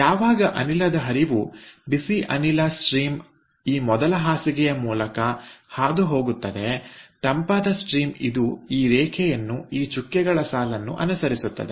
ಯಾವಾಗ ಅನಿಲದ ಹರಿವು ಬಿಸಿ ಅನಿಲ ಹರಿವು ಈ ಮೊದಲ ಹಾಸಿಗೆಯ ಮೂಲಕ ಹಾದುಹೋಗುತ್ತದೆತಂಪಾದ ಹರಿವು ಇದು ಈ ರೇಖೆಯನ್ನುಈ ಚುಕ್ಕೆಗಳ ಸಾಲನ್ನು ಅನುಸರಿಸುತ್ತದೆ